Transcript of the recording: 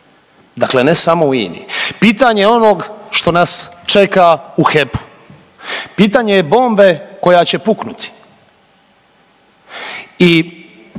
dakle ne samo u INA-i. Pitanje onog što nas čeka u HEP-u. Pitanje je bombe koja će puknuti.